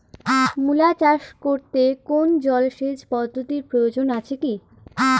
মূলা চাষ করতে কোনো জলসেচ পদ্ধতির প্রয়োজন আছে কী?